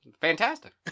Fantastic